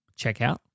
checkout